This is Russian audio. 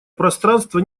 пространство